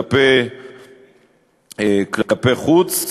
כלפי חוץ.